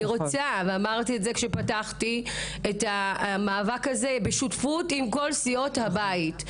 אני רוצה ואמרתי את זה כשפתחתי את המאבק הזה בשותפות עם כל סיעות הבית.